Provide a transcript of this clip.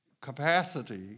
capacity